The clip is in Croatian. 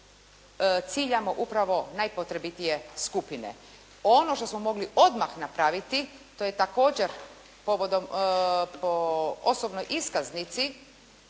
ciljamo upravo najpotrebitije skupine. Ono što smo mogli odmah napraviti to je također povodom, po osobnoj iskaznici